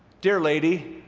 dear lady,